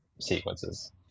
sequences